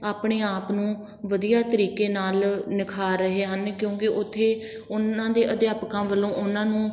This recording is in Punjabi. ਆਪਣੇ ਆਪ ਨੂੰ ਵਧੀਆ ਤਰੀਕੇ ਨਾਲ ਨਿਖ਼ਾਰ ਰਹੇ ਹਨ ਕਿਉਂਕਿ ਉੱਥੇ ਉਹਨਾਂ ਦੇ ਅਧਿਆਪਕਾਂ ਵੱਲੋਂ ਉਹਨਾਂ ਨੂੰ